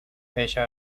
ella